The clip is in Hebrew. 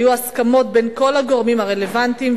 היו הסכמות בין כל הגורמים הרלוונטיים,